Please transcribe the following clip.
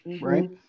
Right